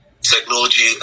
technology